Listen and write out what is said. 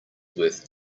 worth